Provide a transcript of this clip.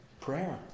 Prayer